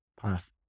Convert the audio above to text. path